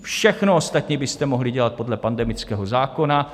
Všechno ostatní byste mohli dělat podle pandemického zákona.